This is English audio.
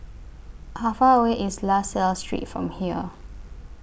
How Far away IS La Salle Street from here